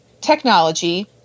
technology